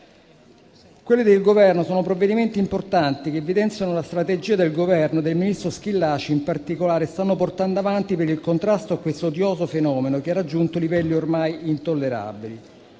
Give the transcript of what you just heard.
Quelli del Governo sono provvedimenti importanti, che evidenziano la strategia che il Governo e il ministro Schillaci in particolare stanno portando avanti per il contrasto a questo odioso fenomeno che ha raggiunto livelli ormai intollerabili.